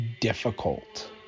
difficult